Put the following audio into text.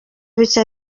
bike